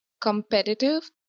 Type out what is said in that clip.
competitive